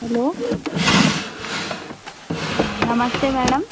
hello నమస్తే madam